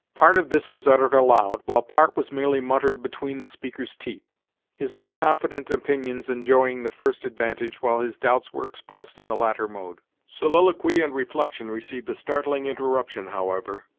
part of this was uttered aloud, while part was merely muttered between the speaker's teeth his more confident opinions enjoying the first advantage, while his doubts were expressed in the latter mode. soliloquy and reflection received a startling interruption, however,